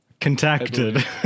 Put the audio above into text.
Contacted